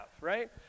right